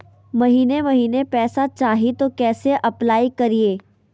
महीने महीने पैसा चाही, तो कैसे अप्लाई करिए?